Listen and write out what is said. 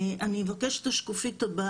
אני רוצה לציין